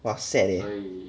!wah! sad eh